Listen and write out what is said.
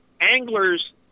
anglers